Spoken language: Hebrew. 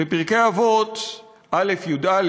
בפרקי אבות א', י"א,